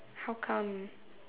how come